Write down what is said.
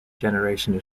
generation